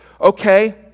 Okay